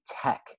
tech